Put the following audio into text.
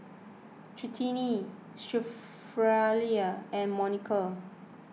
and Monica